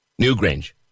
Newgrange